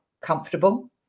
comfortable